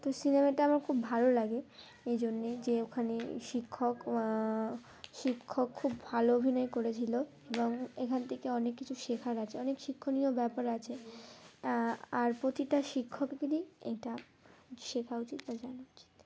তো সিনেমাটা আমার খুব ভালো লাগে এই জন্যে যে ওখানে শিক্ষক শিক্ষক খুব ভালো অভিনয় করেছিল এবং এখান থেকে অনেক কিছু শেখার আছে অনেক শিক্ষণীয় ব্যাপার আছে আর প্রতিটা শিক্ষকদেরই এটা শেখা উচিত বা জানা